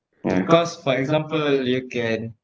because for example you can